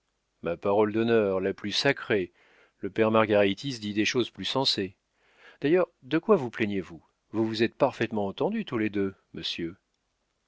ma parole d'honneur la plus sacrée le père margaritis dit des choses plus sensées d'ailleurs de quoi vous plaignez-vous vous vous êtes parfaitement entendus tous les deux monsieur